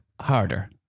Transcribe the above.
harder